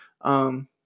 Um-